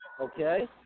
okay